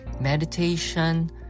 meditation